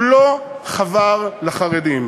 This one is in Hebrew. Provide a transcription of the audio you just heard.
הוא לא חבר לחרדים.